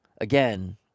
again